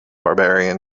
barbarian